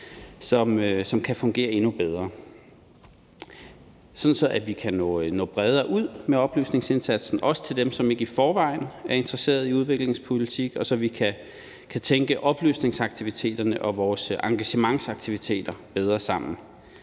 som kan fungere endnu bedre, så vi kan nå bredere ud med oplysningsindsatsen, også til dem, som ikke i forvejen er interesseret i udviklingspolitik, og så vi kan tænke oplysningsaktiviteterne og vores engagementsaktiviteter bedre sammen.